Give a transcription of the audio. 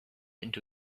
into